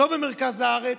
היא לא במרכז הארץ,